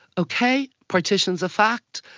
okay, partition is a fact,